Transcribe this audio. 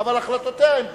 אבל החלטותיה הן פוליטיות.